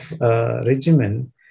regimen